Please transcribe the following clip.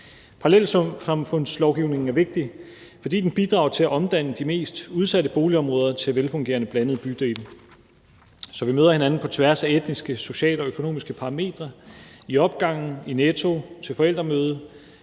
Parallelsamfundslovgivningen er vigtig, fordi den bidrager til at omdanne de mest udsatte boligområder til velfungerende blandede bydele, så vi møder hinanden på tværs af etniske, sociale og økonomiske parametre i opgangen, i Netto og til forældremødet